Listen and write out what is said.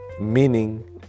meaning